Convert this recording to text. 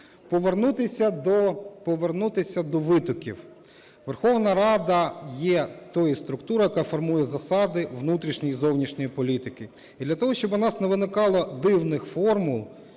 повернутися до витоків. Верховна Рада є тою структурою, яка формує засади внутрішньої і зовнішньої політики. І для того, щоб у нас не виникало дивних формул,